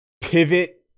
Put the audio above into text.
Pivot